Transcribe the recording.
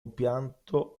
impianto